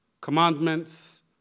commandments